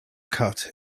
cut